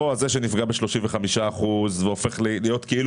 לא על זה שנפגע ב-35 אחוזים והופך להיות כאילו